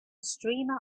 streamer